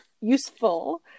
useful